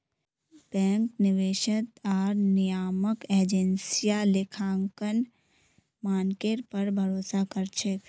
bank, निवेशक आर नियामक एजेंसियां लेखांकन मानकेर पर भरोसा कर छेक